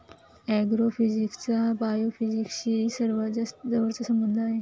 ऍग्रोफिजिक्सचा बायोफिजिक्सशी सर्वात जवळचा संबंध आहे